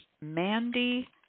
Mandy